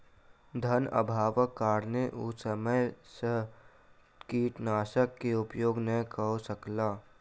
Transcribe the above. धनअभावक कारणेँ ओ समय सॅ कीटनाशक के उपयोग नै कअ सकला